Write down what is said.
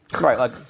Right